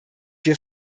wir